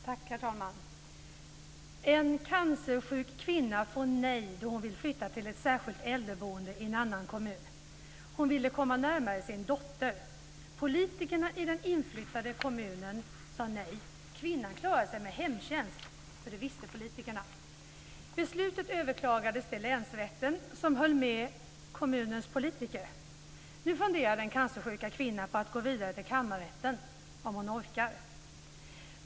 Herr talman! En cancersjuk kvinna får nej då hon vill flytta till ett särskilt äldreboende i en annan kommun. Hon ville komma närmare sin dotter. Politikerna i den kommun som kvinnan vill flytta till sade nej. Kvinnan klarar sig med hemtjänst - det visste politikerna. Beslutet överklagades till länsrätten som höll med kommunens politiker. Nu funderar den cancersjuka kvinnan på att gå vidare till kammarrätten - om hon orkar.